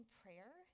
prayer